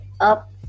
up